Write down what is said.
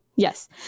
Yes